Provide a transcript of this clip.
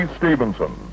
stevenson